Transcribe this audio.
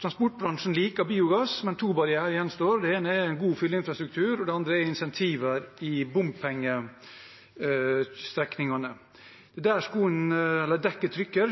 Transportbransjen liker biogass, men to barrierer gjenstår. Det ene er god fylleinfrastruktur, og det andre er insentiver i bompengestrekningene, der skoen, eller dekket, trykker.